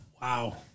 Wow